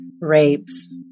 rapes